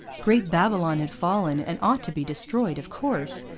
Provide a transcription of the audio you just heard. great babylon had fallen, and ought to be destroyed of course,